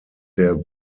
der